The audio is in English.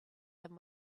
them